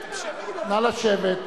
נא לשבת.